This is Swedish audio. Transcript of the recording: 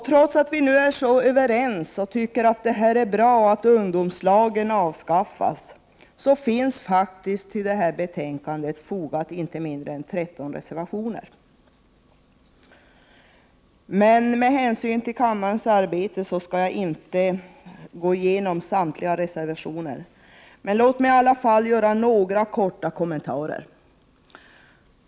Trots att vi nu är överens och tycker det är bra att ungdomslagen avskaffas har det fogats inte mindre än 13 reservationer till betänkandet. Av hänsyn till kammarens arbete avstår jag från att gå igenom samtliga reservationer, men jag vill i alla fall göra några korta kommentarer.